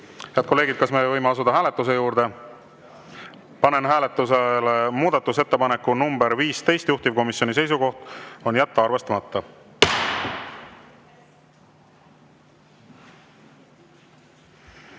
kolleegid, kas me võime asuda hääletuse juurde? Panen hääletusele muudatusettepaneku nr 21, juhtivkomisjoni seisukoht on jätta arvestamata.